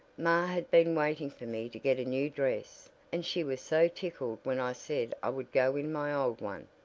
ma had been waiting for me to get a new dress and she was so tickled when i said i would go in my old one.